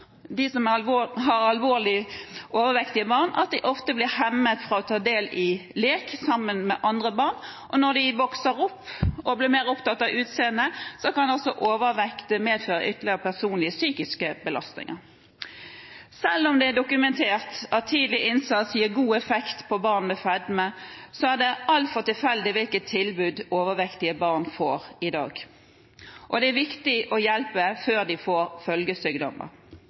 de ofte blir hemmet fra å ta del i lek sammen med andre barn, og når de vokser opp og blir mer opptatt av utseendet, kan også overvekt medføre ytterligere personlige og psykiske belastninger. Selv om det er dokumentert at tidlig innsats gir god effekt for barn med fedme, er det altfor tilfeldig hvilket tilbud overvektige barn får i dag, og det er viktig å hjelpe før de får følgesykdommer.